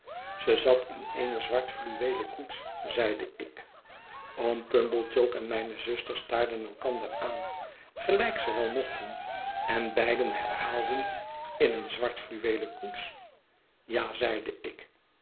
ze zat in eene zwart fluweelen koets zeide ik oom pumblechook en mijne zuster staarden elkander aan gelijk ze wel mochten en beiden herhaalden in eene zwart fluweelen koets ja zeide ik